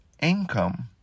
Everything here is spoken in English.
income